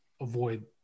avoid